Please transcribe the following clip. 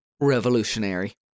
revolutionary